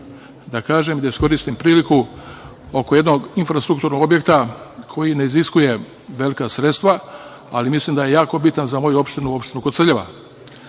da kažem i da iskoristim priliku, oko jednog infrastrukturnog objekta, koji ne iziskuje velika sredstva, ali mislim da je jako bitan za moju opštinu, opštinu Koceljeva.